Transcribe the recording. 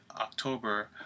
October